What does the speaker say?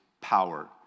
power